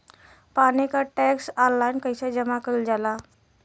पानी क tax online कईसे जमा कईल जाला?